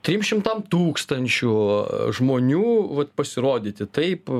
trim šimtam tūkstančių žmonių vat pasirodyti taip